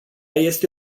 este